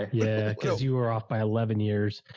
yeah cause you were off by eleven years.